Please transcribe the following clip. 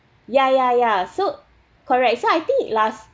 ya ya ya so correct so I think last